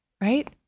Right